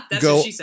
go